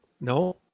No